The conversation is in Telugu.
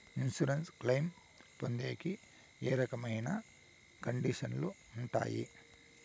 ఇన్సూరెన్సు క్లెయిమ్ పొందేకి ఏ రకమైన కండిషన్లు ఉంటాయి?